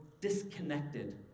disconnected